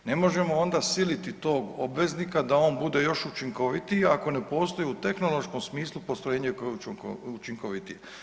Ne možemo onda siliti tog obveznika da on bude još učinkovitiji ako ne postoje u tehnološkom smislu postrojenje koje je učinkovitije.